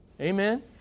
Amen